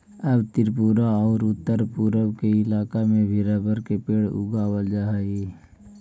अब त्रिपुरा औउर उत्तरपूर्व के इलाका में भी रबर के पेड़ उगावल जा हई